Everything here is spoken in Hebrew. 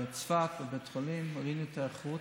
בצפת, בבית חולים, וראינו את ההיערכות,